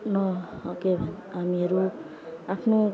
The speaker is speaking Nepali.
न अँ के हामीहरू आफ्नो